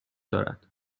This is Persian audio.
دارد